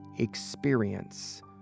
experience